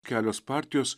kelios partijos